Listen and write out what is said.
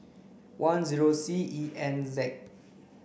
one zero C E N Z